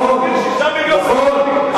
6 מיליונים, נכון.